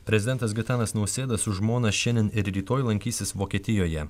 prezidentas gitanas nausėda su žmona šiandien ir rytoj lankysis vokietijoje